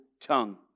tongue